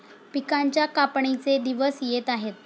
पिकांच्या कापणीचे दिवस येत आहेत